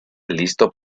listo